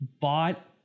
bought